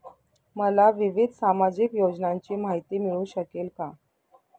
मला विविध सामाजिक योजनांची माहिती मिळू शकेल का?